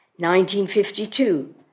1952